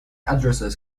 addresses